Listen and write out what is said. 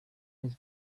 his